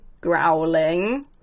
growling